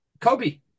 Kobe